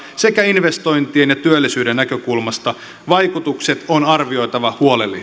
sekä investointien ja työllisyyden näkökulmasta vaikutukset on arvioitava